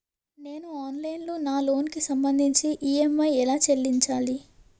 నేను ఆన్లైన్ లో నా లోన్ కి సంభందించి ఈ.ఎం.ఐ ఎలా చెల్లించాలి?